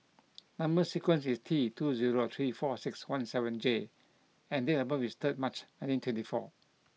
number sequence is T two zero three four six one seven J and date of birth is third March nineteen twenty four